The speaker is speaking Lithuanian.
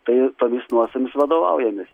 tai ir tomis nuostatomis vadovaujamės